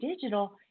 digital